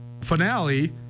finale